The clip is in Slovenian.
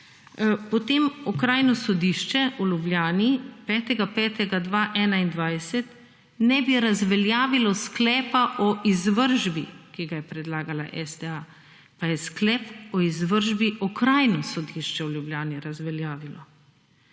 Potem Okrajno sodišče v Ljubljani, 5. maja 2021, ne bi razveljavilo sklepa o izvršbi, ki ga je predlagala STA, pa je sklep o izvršbi Okrajno sodišče v Ljubljani razveljavilo.